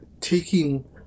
taking